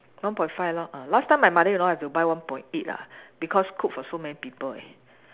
one point five lor ah last time my mother-in-law have to buy one point eight ah because cook for so many people